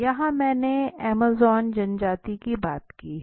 यहाँ मैंने अमेज़ॅन जनजाति की बात की हैं